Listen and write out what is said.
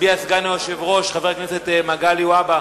הצביע סגן היושב-ראש, חבר הכנסת מגלי והבה,